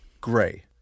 Gray